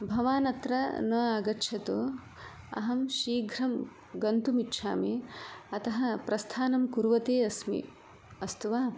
भवान् अत्र न आगच्छतु अहं शीघ्रं गन्तुमिच्छामि अतः प्रस्थानं कुर्वती अस्मि अस्तु वा